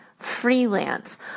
freelance